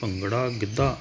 bhangra Giddha